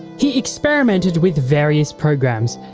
he experimented with various programs,